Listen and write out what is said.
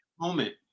moment